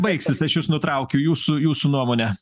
baigsis aš jus nutraukiu jūsų jūsų nuomone